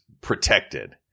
protected